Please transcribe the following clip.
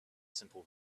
simple